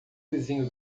vizinho